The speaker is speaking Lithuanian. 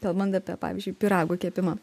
kalbant apie pavyzdžiui pyragų kepimą